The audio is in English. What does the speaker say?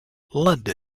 london